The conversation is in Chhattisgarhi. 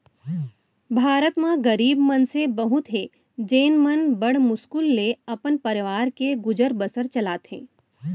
भारत म गरीब मनसे बहुत हें जेन मन बड़ मुस्कुल ले अपन परवार के गुजर बसर चलाथें